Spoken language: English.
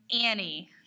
Annie